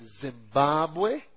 Zimbabwe